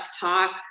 talk